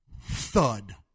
thud